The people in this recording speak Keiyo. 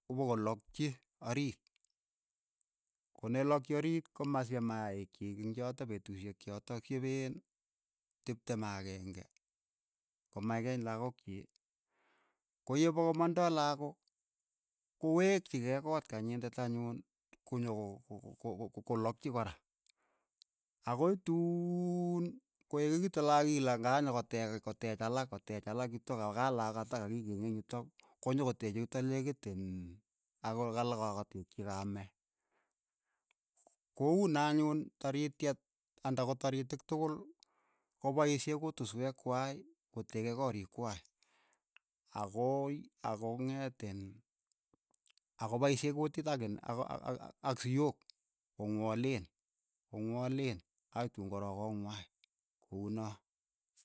Ko po kolakchi ariit, ko ne lokchi oriit ko masyep maaiik chiik eng' chotok petushek chotok shepeen tiptem ak aeng'e, koma ikeeny lakok chiik, ko ya po komandai lakok, ko wekchi kei koot ka nyindet anyun ko nyo ko- ko- ko kolakchi kora, akoi tuun ko ekikiitu lakok ile ng'a nyo koteec koteech alak koteech alak yutok ka ako ka lakook kata ka ki keng'eng yutok ko nyo koteche yutok lekit iin ka kateekchi kamee, ko uno anyun tarityet anda ko taritik tukul ko paishee kutuswek kwai kotekee koriik kwai, akoi akong'eet iin akopaishee kutit ak iin ak siyook, ko ng'waleen, ko ng'waleen akoi tuun ko rook koo ng'wai, ko unoo.